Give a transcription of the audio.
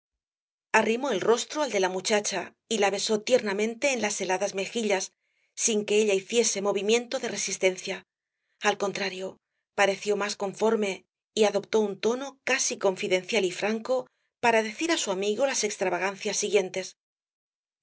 arrimó el rostro al de la muchacha y la besó tiernamente en las heladas mejillas sin que ella hiciese movimiento de resistencia al contrario pareció más conforme y adoptó un tono casi confidencial y franco para decir á su amigo las extravagancias siguientes